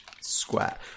Square